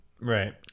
right